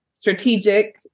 strategic